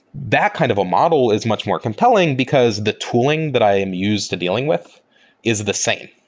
that kind of a model is much more compelling, because the tooling that i am used to dealing with is the same.